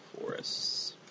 forests